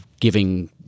giving